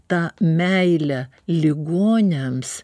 tą meilę ligoniams